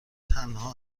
تنها